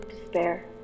Despair